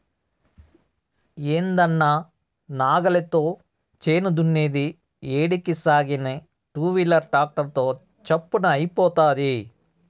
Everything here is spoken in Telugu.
ఏందన్నా నా నాగలితో చేను దున్నేది ఏడికి సాగేను టూవీలర్ ట్రాక్టర్ తో చప్పున అయిపోతాది